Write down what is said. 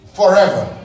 forever